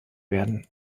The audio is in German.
werden